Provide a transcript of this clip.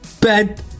bed